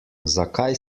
zakaj